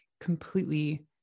completely